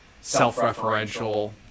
self-referential